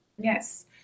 Yes